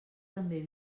també